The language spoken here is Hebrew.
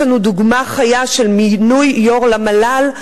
יש לנו דוגמה חיה של מינוי יושב-ראש למל"ל,